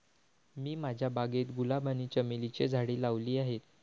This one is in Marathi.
मी माझ्या बागेत गुलाब आणि चमेलीची झाडे लावली आहे